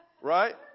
Right